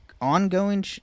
ongoing